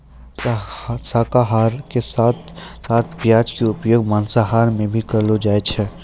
शाकाहार के साथं साथं प्याज के उपयोग मांसाहार मॅ भी करलो जाय छै